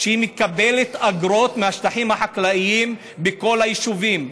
מקבלת אגרות מהשטחים החקלאיים בכל היישובים,